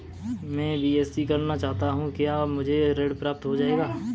मैं बीएससी करना चाहता हूँ क्या मुझे ऋण प्राप्त हो जाएगा?